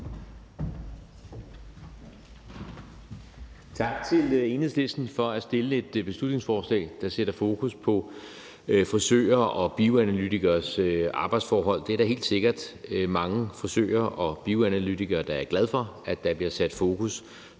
Tak til Enhedslisten for at fremsætte et beslutningsforslag, der sætter fokus på frisørers og bioanalytikeres arbejdsforhold. Der er helt sikkert mange frisører og bioanalytikere, der er glade for, at der bliver sat fokus på de skader på bevægeapparatet